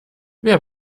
wer